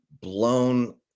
blown